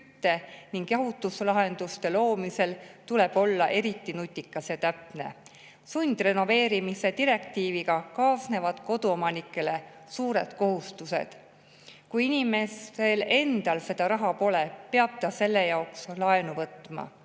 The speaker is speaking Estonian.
ning jahutuslahenduste loomisel tuleb olla eriti nutikas ja täpne. Sundrenoveerimise direktiiviga kaasnevad koduomanikele suured kohustused. Kui inimesel endal seda raha pole, peab ta selle jaoks laenu võtma.